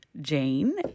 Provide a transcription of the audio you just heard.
Jane